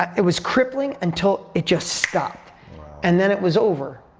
it was crippling until it just stopped and then it was over.